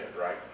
right